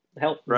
help